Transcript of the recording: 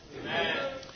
Amen